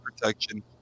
protection